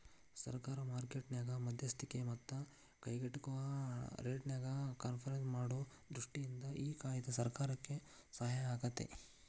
ಸರಕ ಮಾರ್ಕೆಟ್ ನ್ಯಾಗ ಮಧ್ಯಸ್ತಿಕಿ ಮತ್ತ ಕೈಗೆಟುಕುವ ರೇಟ್ನ್ಯಾಗ ಕನ್ಪರ್ಮ್ ಮಾಡೊ ದೃಷ್ಟಿಯಿಂದ ಈ ಕಾಯ್ದೆ ಸರ್ಕಾರಕ್ಕೆ ಸಹಾಯಾಗೇತಿ